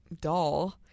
doll